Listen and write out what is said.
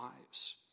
lives